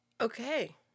Okay